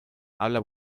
habla